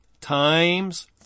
times